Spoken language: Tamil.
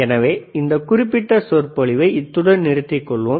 எனவே இந்த குறிப்பிட்ட சொற்பொழிவை இத்துடன் நிறுத்திக் கொள்வோம்